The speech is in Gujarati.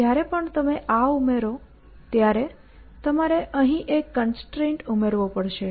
જ્યારે પણ તમે આ ઉમેરો ત્યારે તમારે અહીં એક કન્સ્ટ્રેન્ટ ઉમેરવો પડશે